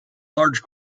large